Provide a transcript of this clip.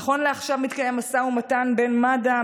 נכון לעכשיו מתקיים משא ומתן בין מד"א,